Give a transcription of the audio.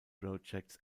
projects